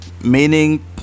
meaning